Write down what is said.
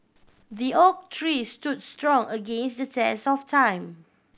the oak tree stood strong against the test of time